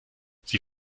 sie